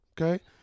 okay